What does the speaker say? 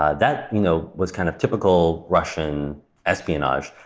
ah that, you know, was kind of typical russian espionage.